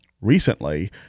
recently